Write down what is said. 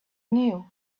knew